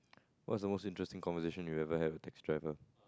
what's the most interesting conversation you ever have with taxi driver